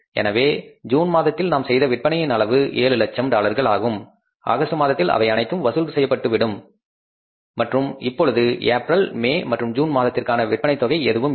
எனவே ஜூன் மாதத்தில் நாம் செய்த விற்பனையின் அளவு 700000 டாலர்கள் ஆகும் ஆகஸ்ட் மாதத்தில் அவை அனைத்தும் வசூல் செய்யப்பட்டுவிடும் மற்றும் இப்பொழுது ஏப்ரல் மே மற்றும் ஜூன் மாதத்திற்கான விற்பனைத் தொகை எதுவும் மீதம் இல்லை